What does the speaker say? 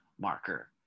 marker